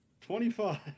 Twenty-five